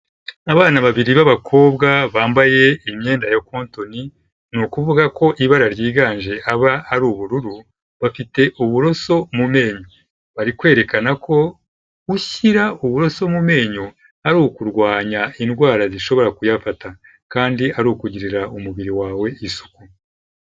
Abana babiri b'abakobwa bambaye imyenda ya kontoni, ni ukuvuga ko ibara ryiganje aba ari ubururu bafite uburoso mu menyo, bari kwerekana ko gushyira uburoso mu menyo ari ukurwanya indwara zishobora kuyafata kandi ari ukugirira umubiri wawe isuku.